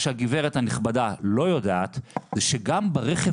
מה שהגברתי הנכבדה לא יודעת זה שגם ברכב